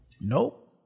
Nope